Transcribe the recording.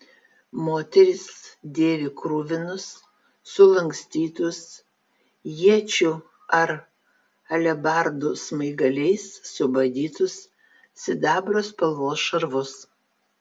moteris dėvi kruvinus sulankstytus iečių ar alebardų smaigaliais subadytus sidabro spalvos šarvus